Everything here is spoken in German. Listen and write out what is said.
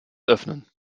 öffnen